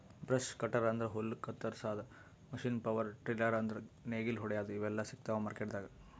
brush cutter ಅಂದ್ರ ಹುಲ್ಲ್ ಕತ್ತರಸಾದ್ ಮಷೀನ್ ಪವರ್ ಟಿಲ್ಲರ್ ಅಂದ್ರ್ ನೇಗಿಲ್ ಹೊಡ್ಯಾದು ಇವೆಲ್ಲಾ ಸಿಗ್ತಾವ್ ಮಾರ್ಕೆಟ್ದಾಗ್